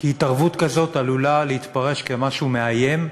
כי התערבות כזאת עלולה להתפרש כמשהו מאיים,